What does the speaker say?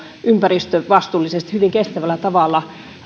ympäristövastuullisesti hyvin kestävällä tavalla